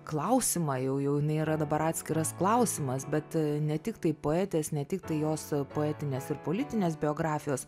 klausimą jau jau jinai dabar yra atskiras klausimas bet ne tiktai poetės ne tiktai jos poetinės ir politinės biografijos